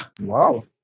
Wow